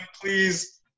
please